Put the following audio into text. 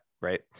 Right